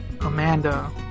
Amanda